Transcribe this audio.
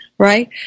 right